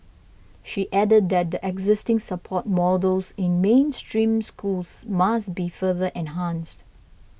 she added that the existing support models in mainstream schools must be further enhanced